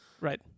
Right